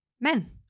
men